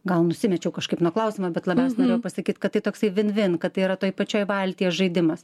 gal nusimečiau kažkaip nuo klausimo bet svarbiausia norėjau pasakyt kad toksai vin vin kad tai yra toj pačioje valtyje žaidimas